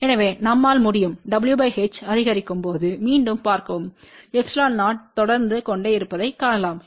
எனவே நம்மால் முடியும் w h அதிகரிக்கும் போது மீண்டும் பார்க்கவும் ε0தொடர்ந்து கொண்டேஇருப்பதைக் காணலாம்